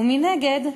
ומנגד,